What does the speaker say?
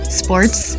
sports